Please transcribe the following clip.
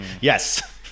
Yes